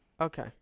Okay